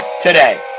today